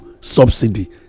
subsidy